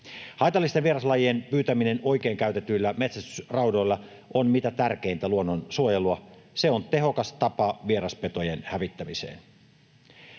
Haitallisten vieraslajien pyytäminen oikein käytetyillä metsästysraudoilla on mitä tärkeintä luonnonsuojelua. Se on tehokas tapa vieraspetojen hävittämiseen.